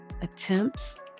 Attempts